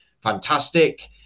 fantastic